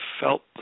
felt